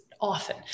often